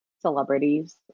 celebrities